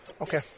Okay